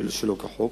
שלא כחוק,